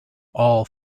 all